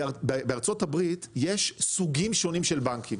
בארה"ב יש סוגים שונים של בנקים,